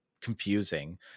confusing